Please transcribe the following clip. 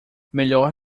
melhor